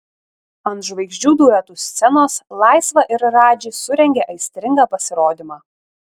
ant žvaigždžių duetų scenos laisva ir radži surengė aistringą pasirodymą